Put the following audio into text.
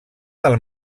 del